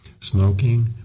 smoking